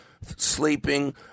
sleeping